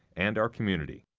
and our community.